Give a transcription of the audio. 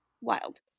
Wild